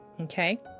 Okay